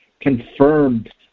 confirmed